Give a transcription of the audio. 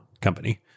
company